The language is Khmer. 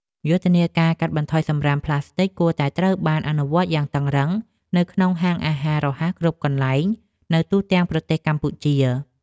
យុទ្ធនាការកាត់បន្ថយសំរាមផ្លាស្ទិចគួរតែត្រូវបានអនុវត្តយ៉ាងតឹងរ៉ឹងនៅក្នុងហាងអាហាររហ័សគ្រប់កន្លែងនៅទូទាំងប្រទេសកម្ពុជា។